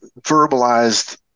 verbalized